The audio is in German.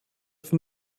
von